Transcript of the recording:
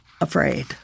afraid